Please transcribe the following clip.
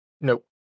Nope